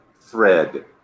thread